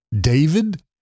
David